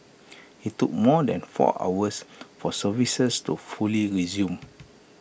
IT took more than four hours for services to fully resume